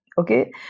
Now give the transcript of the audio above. Okay